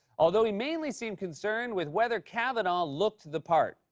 although he mainly seemed concerned with whether kavanaugh looked the part.